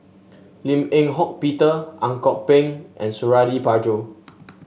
Lim Eng Hock Peter Ang Kok Peng and Suradi Parjo